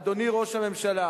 אדוני ראש הממשלה,